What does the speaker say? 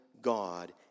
God